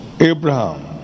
Abraham